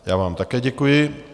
Já vám také děkuji.